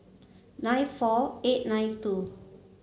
nine four eight nine two